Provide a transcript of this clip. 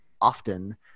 often